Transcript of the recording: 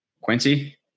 Quincy